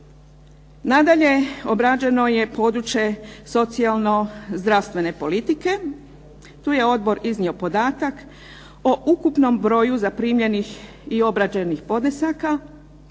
Nadalje obrađeno je područje socijalno zdravstvene politike, tu je Odbor iznio podatak o ukupnom broju zaprimljenih i obrađenih podnesaka